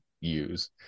use